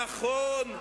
נכון,